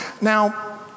Now